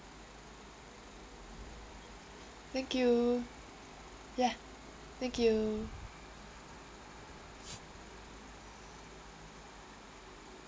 thank you ya thank you